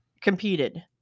competed